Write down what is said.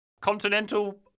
continental